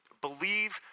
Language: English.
believe